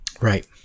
right